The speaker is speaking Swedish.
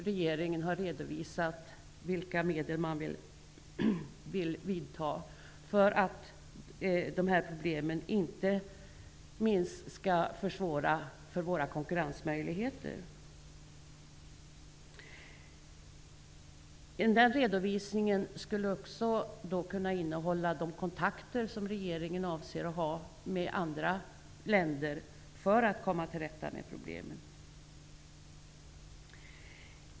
Regeringen borde ha redovisat vilka åtgärder den vill vidta inte minst för att dessa problem inte skall försämra våra konkurrensmöjligheter. Den redovisningen skulle också ha kunnat innehålla uppgifter om de kontakter som regeringen avser att ta med andra länder för att komma till rätta med problemen.